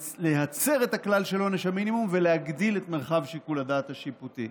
להצר את הכלל של עונש המינימום ולהגדיל את מרחב שיקול הדעת השיפוטי.